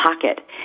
pocket